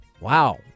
Wow